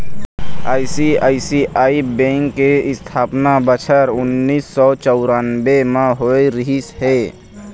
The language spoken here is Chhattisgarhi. आई.सी.आई.सी.आई बेंक के इस्थापना बछर उन्नीस सौ चउरानबे म होय रिहिस हे